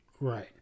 Right